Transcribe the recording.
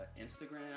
Instagram